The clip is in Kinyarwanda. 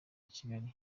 kigali